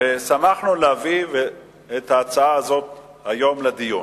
שמחנו להביא את ההצעה הזאת היום לדיון.